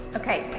okay,